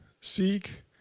seek